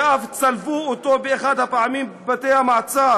ואף צלבו אותו באחת הפעמים בבתי-המעצר,